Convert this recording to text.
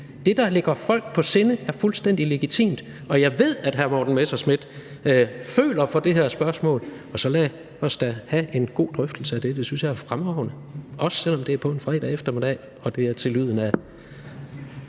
det, der ligger folk på sinde, er fuldstændig legitimt, og jeg ved, at hr. Morten Messerschmidt føler for det her spørgsmål. Så lad os da have en god drøftelse af det. Det synes jeg er fremragende – også selv om det er på en fredag eftermiddag, og det er til lyden af